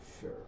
Sure